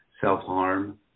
self-harm